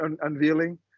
unveiling